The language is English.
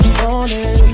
morning